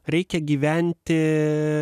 reikia gyventi